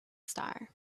star